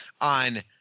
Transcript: on –